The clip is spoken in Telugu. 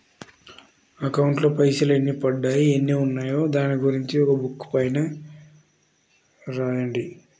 నా అకౌంట్ లో పైసలు ఎన్ని పడ్డాయి ఎన్ని ఉన్నాయో దాని గురించి ఒక బుక్కు పైన రాసి ఇవ్వండి?